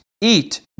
eat